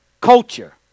culture